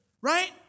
Right